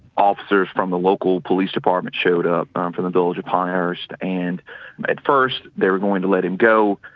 officers from the local police department showed up um from the village of pinehurst, and at first they were going to let him go,